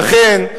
לכן,